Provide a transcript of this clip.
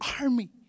army